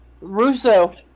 Russo